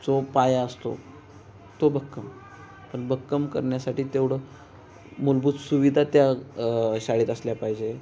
जो पाया असतो तो भक्कम पण भक्कम करण्यासाठी तेवढं मूलभूत सुविधा त्या शाळेत असल्या पाहिजे